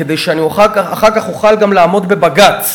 כדי שאחר כך אוכל גם לעמוד בבג"ץ,